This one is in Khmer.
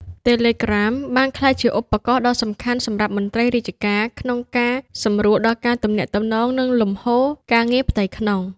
Telegram បានក្លាយជាឧបករណ៍ដ៏សំខាន់សម្រាប់មន្ត្រីរាជការក្នុងការសម្រួលដល់ការទំនាក់ទំនង និងលំហូរការងារផ្ទៃក្នុង។